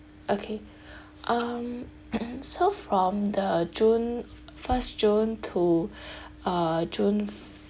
okay um so from the june first june to uh june